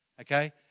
okay